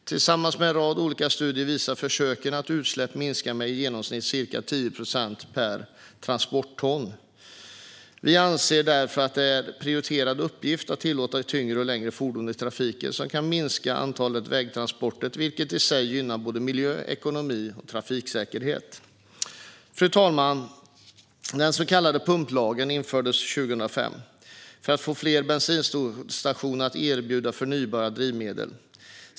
Tillsammans med en rad olika studier visar försöken att utsläppen minskar med i genomsnitt ca 10 procent per transporterat ton. Vi anser därför att det är en prioriterad uppgift att tillåta tyngre och längre fordon i trafiken som kan minska antalet vägtransporter, vilket i sig gynnar miljön, ekonomin och trafiksäkerheten. Fru talman! Den så kallade pumplagen infördes 2005 för att få fler bensinstationer att erbjuda förnybara drivmedel.